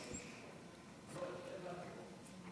הסתייגות 64 לא נתקבלה.